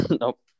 nope